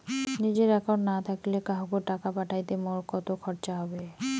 নিজের একাউন্ট না থাকিলে কাহকো টাকা পাঠাইতে মোর কতো খরচা হবে?